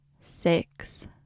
six